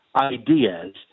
ideas